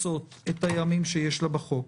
בכנסת.